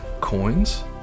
coins